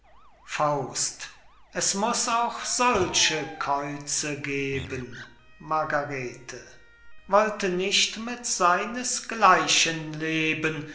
thu es muß auch solche käuze geben margarete wollte nicht mit seines gleichen leben